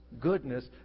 goodness